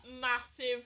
massive